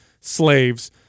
slaves